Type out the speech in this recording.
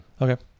Okay